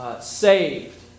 saved